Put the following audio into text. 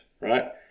right